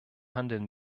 handeln